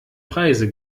preise